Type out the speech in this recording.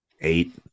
eight